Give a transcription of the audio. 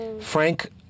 Frank